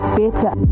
better